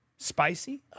Spicy